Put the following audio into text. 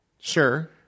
Sure